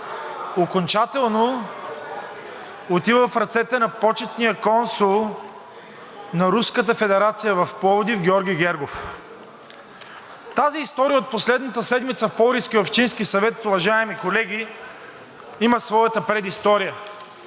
окончателно отива в ръцете на почетния консул на Руската федерация в Пловдив Георги Гергов. Тази история от последната седмица в Пловдивския общински съвет, уважаеми колеги, има своята предистория.